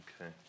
Okay